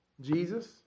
Jesus